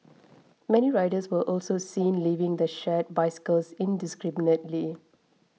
many riders were also seen leaving the shared bicycles indiscriminately